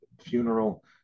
funeral